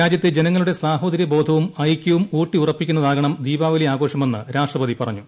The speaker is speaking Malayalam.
രാജ്യത്തെ ജനങ്ങളുടെ സാഹോദര്യ ബോധവും ഐക്യവും ഉൌട്ടി ഉറപ്പിക്കുന്നതാകണം ദീപാവലി ആഘോഷമെന്ന് രാഷ്ട്രപതി പറഞ്ഞു